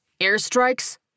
Airstrikes